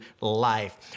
life